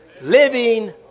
living